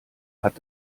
hat